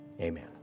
Amen